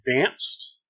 advanced